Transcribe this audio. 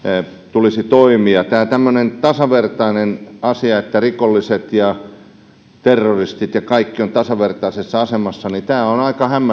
tulisi toimia tämä tämmöinen tasavertainen asia että rikolliset ja terroristit ja kaikki ovat tasavertaisessa asemassa on aika